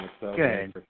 good